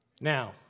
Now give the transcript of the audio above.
Now